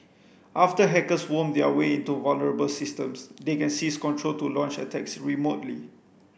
after hackers worm their way into vulnerable systems they can seize control to launch attacks remotely